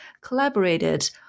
collaborated